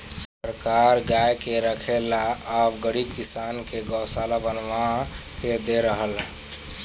सरकार गाय के रखे ला अब गरीब किसान के गोशाला बनवा के दे रहल